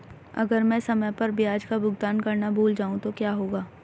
अगर मैं समय पर ब्याज का भुगतान करना भूल जाऊं तो क्या होगा?